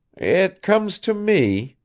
it comes to me,